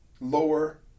lower